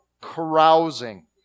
carousing